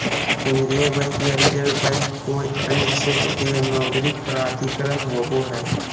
केन्द्रीय बैंक या reserve bank कोय अन्य क्षेत्र के मौद्रिक प्राधिकरण होवो हइ